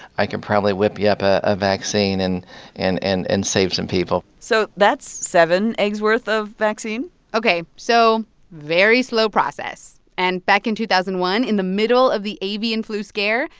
i can probably whip you up a vaccine and and and and save some people so that's seven eggs' worth of vaccine ok, so very slow process. and back in two thousand and one, in the middle of the avian flu scare,